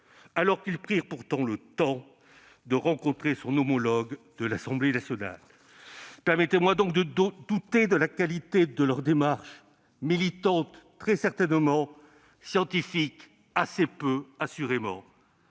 alors qu'ils ont pris le temps de rencontrer son homologue de l'Assemblée nationale. Permettez-moi donc de douter de la qualité de leur démarche, très certainement militante et assurément